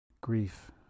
Grief